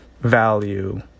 value